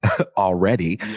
already